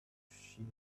shear